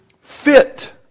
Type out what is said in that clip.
fit